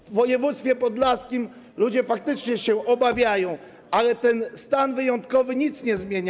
W województwie podlaskim ludzie faktycznie się obawiają, ale ten stan wyjątkowy nic nie zmienia.